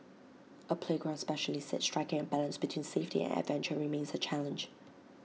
A playground specialist said striking A balance between safety and adventure remains A challenge